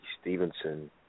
Stevenson